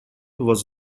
was